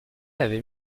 laver